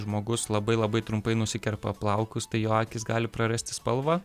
žmogus labai labai trumpai nusikerpa plaukus tai jo akys gali prarasti spalvą